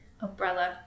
umbrella